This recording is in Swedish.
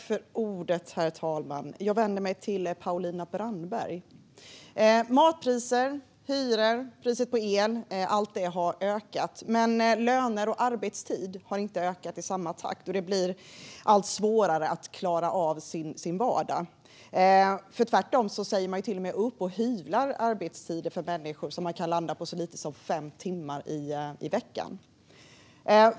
Herr talman! Jag vänder mig till Paulina Brandberg. Matpriser, hyror och elpriser har ökat, men löner och arbetstid har inte ökat i samma takt. Många får därför allt svårare att klara av sin vardag. Man hyvlar till och med arbetstider för människor så att de kan hamna på så lite som fem timmar i veckan.